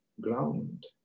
ground